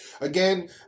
again